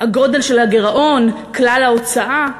הגודל של הגירעון, כלל ההוצאה.